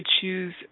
choose